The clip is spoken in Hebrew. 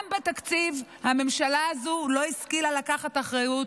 גם בתקציב הממשלה הזו לא השכילה לקחת אחריות,